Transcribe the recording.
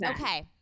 Okay